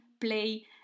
play